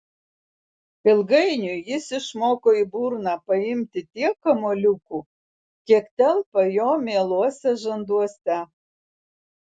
ilgainiui jis išmoko į burną paimti tiek kamuoliukų kiek telpa jo mieluose žanduose